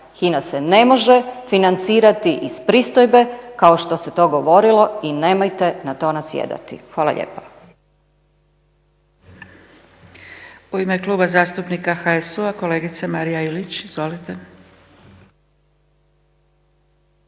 HINA se ne može financirati iz pristojbe kao što se to govorili i nemojte na to nasjedati. Hvala lijepa.